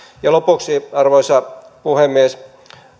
lopuksi arvoisa puhemies